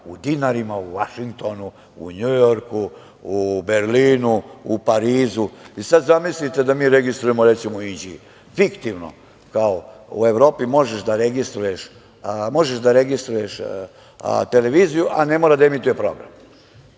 u dinarima u Vašingtonu, u Njujorku, u Berlinu, u Parizu. I sad zamislite da mi registrujemo, recimo, u Inđiji, fiktivno. Kao, u Evropi možeš da registruješ televiziju, a ne mora da emituje program.